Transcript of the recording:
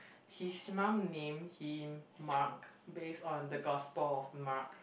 his mum named him Mark based on the gospel of Mark